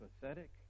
pathetic